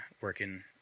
working